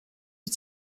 wyt